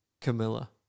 Camilla